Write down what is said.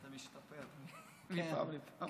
אתה משתפר מפעם לפעם.